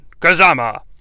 Kazama